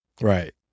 Right